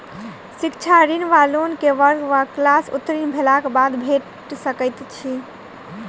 शिक्षा ऋण वा लोन केँ वर्ग वा क्लास उत्तीर्ण भेलाक बाद भेट सकैत छी?